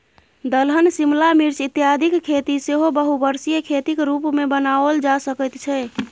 दलहन शिमला मिर्च इत्यादिक खेती सेहो बहुवर्षीय खेतीक रूपमे अपनाओल जा सकैत छै